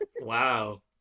Wow